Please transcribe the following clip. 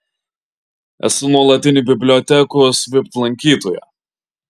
esu nuolatinė bibliotekos vipt lankytoja